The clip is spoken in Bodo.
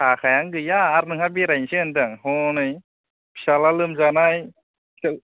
थाखायानो गैया आरो नोंहा बेरायनोसो होनदों हनै फिसाला लोमजानाय